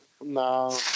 No